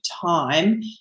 time